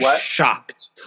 shocked